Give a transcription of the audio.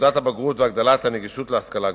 תעודת הבגרות והגדלת הנגישות להשכלה גבוהה.